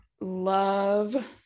love